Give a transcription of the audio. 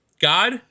God